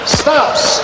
stops